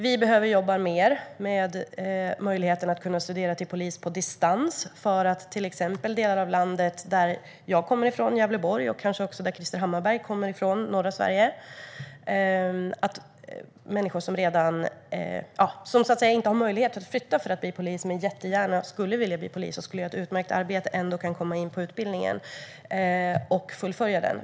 Vi behöver jobba mer med möjligheten att studera till polis på distans för människor i till exempel den del av landet som jag kommer från, Gävleborg, och kanske också den del som Krister Hammarbergh kommer från, norra Sverige. Den som inte har möjlighet att flytta för att bli polis men som jättegärna skulle vilja bli det och skulle göra ett utmärkt arbete bör ändå kunna komma in på utbildningen och fullfölja den.